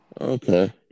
Okay